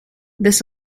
this